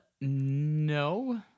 no